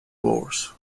wars